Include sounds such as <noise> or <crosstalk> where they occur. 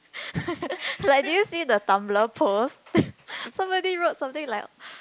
<laughs> like did you see the tumbler post <breath> somebody wrote something like